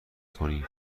کنیم